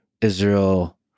Israel